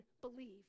believe